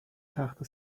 تخته